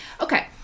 Okay